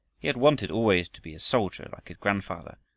he had wanted always to be a soldier like his grandfather,